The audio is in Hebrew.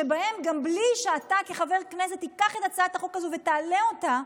ובהן גם בלי שאתה כחבר כנסת תיקח את הצעת החוק הזו ותעלה אותה,